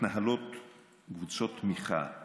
מתנהלות קבוצת תמיכה,